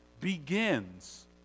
begins